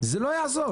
זה לא יעזור.